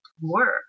work